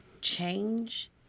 change